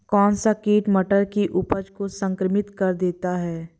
कौन सा कीट मटर की उपज को संक्रमित कर देता है?